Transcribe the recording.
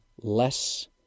less